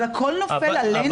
אבל הכול נופל עלינו?